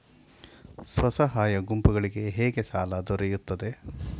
ಸ್ವಸಹಾಯ ಗುಂಪುಗಳಿಗೆ ಸಾಲ ಹೇಗೆ ದೊರೆಯುತ್ತದೆ?